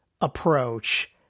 approach